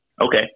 Okay